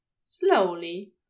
slowly